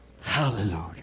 Hallelujah